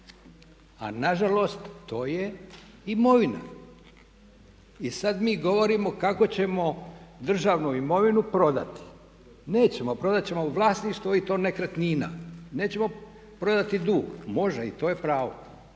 A nažalost to je imovina. I sad mi govorimo kako ćemo državnu imovinu prodati. Nećemo prodati, prodati ćemo vlasništvo i to nekretnina, nećemo prodati dug, može i to je pravo